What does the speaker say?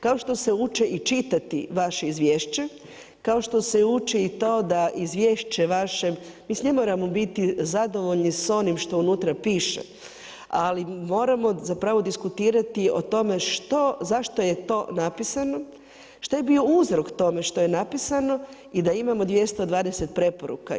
Kao što se uče i čitati vaše izvješće, kao što što se uči i to da izvješće vaše, mislim ne moramo biti zadovoljno s onim što unutra piše, ali moramo zapravo diskutirati o tome zašto je to napisano, što je bio uzrok tome što je napisano i da imamo 200 preporuka.